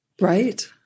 Right